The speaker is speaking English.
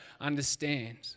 understand